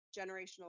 generational